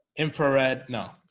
infrared no